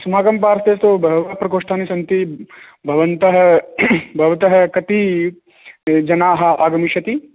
अस्माकं पार्स्वे तु बहवः प्रकोष्ठं सन्ति भवन्तः भवतः कति जनाः आगमिष्यति